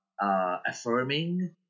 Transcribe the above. affirming